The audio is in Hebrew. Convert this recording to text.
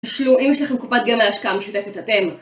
אם יש לכם קופת גמל להשקעה משותפת אתם